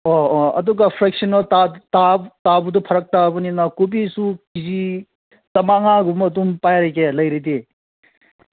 ꯑꯣ ꯑꯣ ꯑꯗꯨꯒ ꯐ꯭ꯔꯦꯛꯁꯟꯅꯦꯜ ꯇꯥꯕꯗꯣ ꯐꯔꯛ ꯇꯥꯕꯅꯤꯅ ꯀꯣꯕꯤꯁꯨ ꯀꯦ ꯖꯤ ꯆꯥꯝꯃꯉꯥꯒꯨꯝꯕ ꯑꯗꯨꯝ ꯄꯥꯏꯔꯒꯦ ꯂꯩꯔꯗꯤ